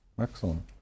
Excellent